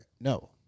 No